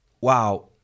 wow